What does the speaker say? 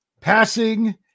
passing